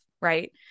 Right